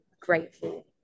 grateful